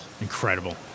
Incredible